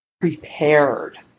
prepared